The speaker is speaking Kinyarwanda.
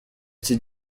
iki